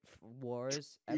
wars